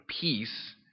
peace